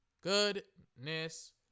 Goodness